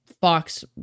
Fox